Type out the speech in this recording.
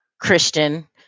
Christian